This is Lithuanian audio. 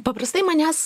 paprastai manęs